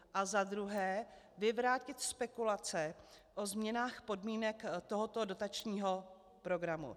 A za druhé, vyvrátit spekulace o změnách podmínek tohoto dotačního programu?